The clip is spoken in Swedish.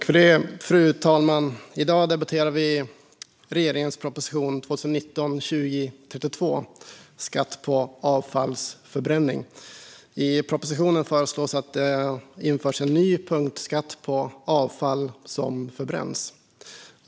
Fru talman! I dag debatterar vi regeringens proposition 2019/20:32 Skatt på avfallsförbränning. I propositionen föreslås att det införs en ny punktskatt på avfall som förbränns.